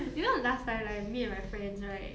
you know last time like me and my friends right